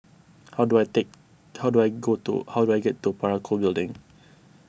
how do I take how do I go to how do I get to Parakou Building